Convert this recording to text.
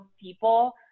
people